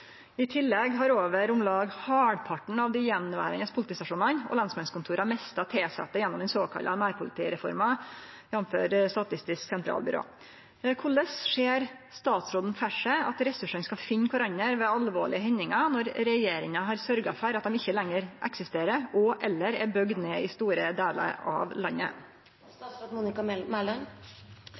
i 2017, forsvann 350 politiårsverk. I tillegg har over om lag halvparten av dei gjenverande politistasjonane og lensmannskontora mista tilsette gjennom den såkalla «nærpolitireforma», jf. SSB. Korleis ser statsråden for seg at ressursane skal finne kvarandre ved alvorlege hendingar når regjeringa har sørgt for at dei ikkje lenger eksisterer og/eller er bygd ned i store delar av